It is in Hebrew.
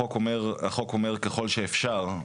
החוק אומר: ככל שאפשר,